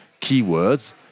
keywords